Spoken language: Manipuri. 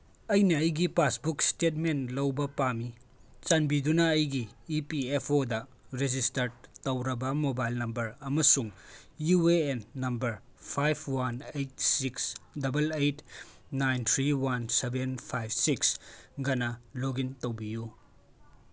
ꯑꯩꯅ ꯑꯩꯒꯤ ꯄꯥꯁꯕꯨꯛ ꯏꯁꯇꯦꯠꯃꯦꯟ ꯂꯧꯕ ꯄꯥꯝꯃꯤ ꯆꯥꯟꯕꯤꯗꯨꯅ ꯑꯩꯒꯤ ꯏꯄꯤꯑꯦꯐꯑꯣꯗ ꯔꯦꯖꯤꯁꯇꯔꯠ ꯇꯧꯔꯕ ꯃꯣꯕꯥꯏꯜ ꯅꯝꯕꯔ ꯑꯃꯁꯨꯡ U A N number five one eight six double eight nine three one seven five ꯁꯤꯛꯁꯒꯅ ꯂꯣꯒꯤꯟ ꯇꯧꯕꯤꯌꯨ